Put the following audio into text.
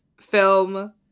film